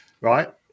Right